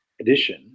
edition